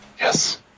Yes